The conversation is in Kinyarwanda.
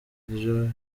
ryo